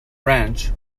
ranch